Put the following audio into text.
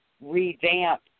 revamp